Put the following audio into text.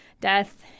death